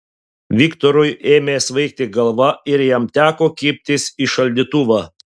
viktorui ėmė svaigti galva ir jam teko kibtis į šaldytuvą